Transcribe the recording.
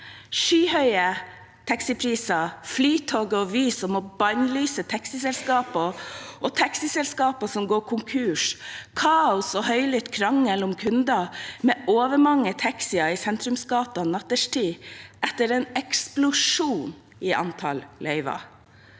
skyhøye taxipriser, Flytoget og Vy må bannlyse taxiselskaper, taxiselskaper går konkurs, og kaos og høylytt krangel om kunder skjer med for mange taxier i sentrumsgatene nattetid etter en eksplosjon i antall løyver.